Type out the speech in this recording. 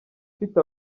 mfite